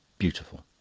beautiful!